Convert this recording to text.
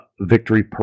Victory